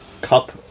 cup